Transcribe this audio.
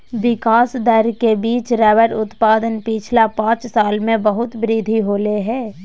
विकास दर के बिच रबर उत्पादन पिछला पाँच साल में बहुत वृद्धि होले हें